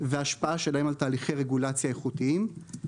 וההשפעה שלהם על תהליכי רגולציה איכותיים.